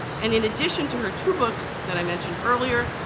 and in addition to her two books that i mentioned earlier,